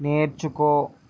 నేర్చుకో